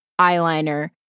eyeliner